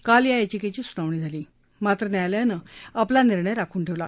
काल या याचिकेची सुनावणी झाली मात्र न्यायालयानं आपला निर्णय राखुन ठेवला